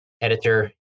editor